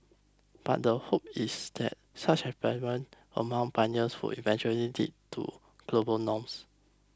but the hope is that such among pioneers would eventually lead to global norms